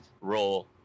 role